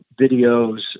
videos